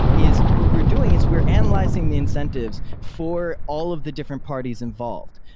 is what we're doing is where analyzing the incentives for all of the different parties involved.